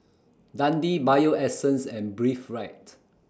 Dundee Bio Essence and Breathe Right